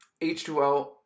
H2O